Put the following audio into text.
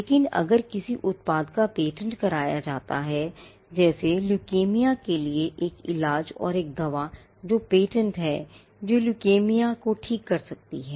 लेकिन अगर किसी उत्पाद का पेटेंट कराया जाता है जैसे ल्यूकेमिया के लिए एक इलाज और एक दवा है जो पेटेंट है जो ल्यूकेमिया को ठीक कर सकती है